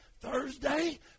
Thursday